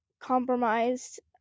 compromised